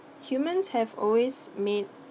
humans have always made